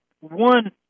one